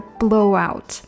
blowout